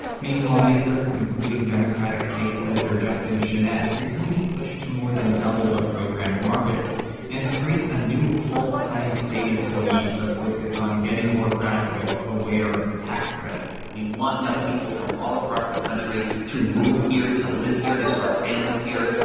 maine lawmakers, including democratic state sen. justin chenette, recently pushed to more than double the program's marketing and create a new full-time state employee to focus on getting more graduates aware of the tax credit we want young people from all across the country to move here. to live here. to start families here.